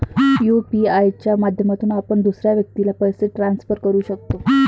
UPI च्या माध्यमातून आपण दुसऱ्या व्यक्तीला पैसे ट्रान्सफर करू शकतो